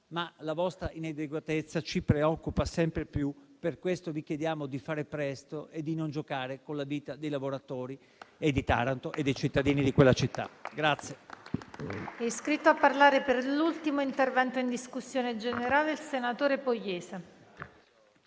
La vostra inadeguatezza, però, ci preoccupa sempre di più. Per questo, vi chiediamo di fare presto e di non giocare con la vita dei lavoratori, di Taranto e dei cittadini di quella città.